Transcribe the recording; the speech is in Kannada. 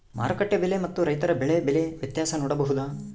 ಮಾರುಕಟ್ಟೆ ಬೆಲೆ ಮತ್ತು ರೈತರ ಬೆಳೆ ಬೆಲೆ ವ್ಯತ್ಯಾಸ ನೋಡಬಹುದಾ?